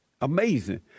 Amazing